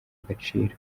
agaciro